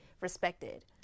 respected